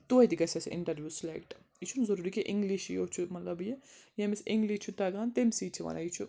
توتہِ گَژھِ اَسہِ اِنٹَروِو سِلٮ۪کٹ یہِ چھُنہٕ ضروٗری کہِ اِنٛگلِش یوٚت چھُ مطلب یہِ ییٚمِس اِنٛگلِش چھُ تَگان تٔمۍ سٕے چھِ وَنان یہِ چھُ